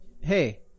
hey